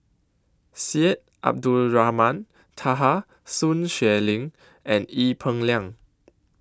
Syed Abdulrahman Taha Sun Xueling and Ee Peng Liang